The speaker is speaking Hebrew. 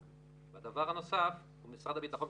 הדבר הנוסף הוא שעל משרד הביטחון,